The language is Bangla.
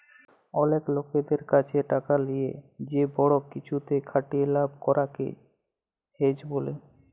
অলেক লকদের ক্যাছে টাকা লিয়ে যে বড় কিছুতে খাটিয়ে লাভ করাক কে হেজ ব্যলে